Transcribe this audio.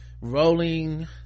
rolling